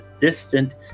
distant